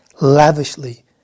lavishly